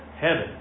heaven